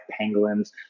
pangolins